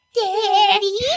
Daddy